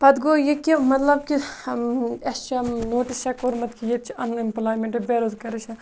پَتہٕ گوٚو یہِ کہِ مطلب کہِ اَسہِ چھےٚ نوٹِس چھےٚ کوٚرمُت کہِ ییٚتہِ چھِ اَن اٮ۪مپٕلایمٮ۪نٛٹ بےٚ روزگارٕ چھےٚ